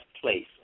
place